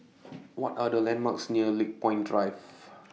What Are The landmarks near Lakepoint Drive